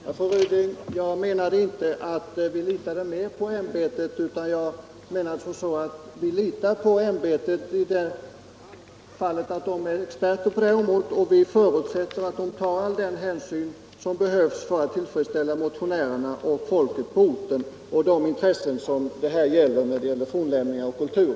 Fru talman! Jag menade inte att vi litade mer på ämbetet än på befolkningen. Men vi litar på ämbetet därför att det har experter på området till förfogande, och vi förutsätter att de tar den hänsyn som behövs för att tillfredsställa motionärerna och folket på orten och för att tillvarata de intressen det gäller i fråga om fornlämningar och kulturer.